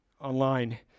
online